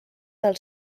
del